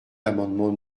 l’amendement